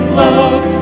love